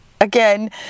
Again